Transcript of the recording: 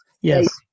Yes